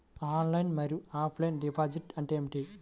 Online మరియు offline deposit అంటే ఏమిటి?